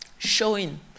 showing